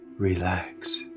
Relax